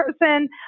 person